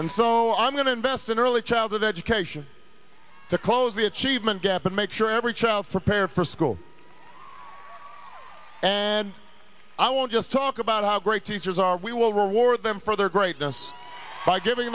and so i'm going to invest in early childhood education to close the achievement gap and make sure every child prepare for school and i won't just talk about how great teachers are we will reward them for their greatness by giving